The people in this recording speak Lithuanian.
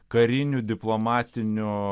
karinių diplomatinių